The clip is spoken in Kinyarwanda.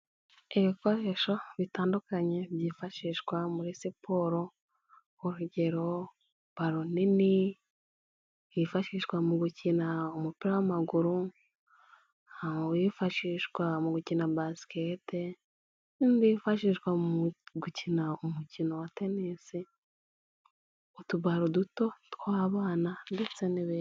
Ibikoresho bitandukanye byifashishwa muri siporo, urugero baro nini yifashishwa mu gukina umupira w'amaguru, uwifashishwa mu gukina basikete, undi wifashishwa mu gukina umukino wa tenisi, utubaro duto tw'abana, ndetse n'ibindi.